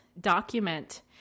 document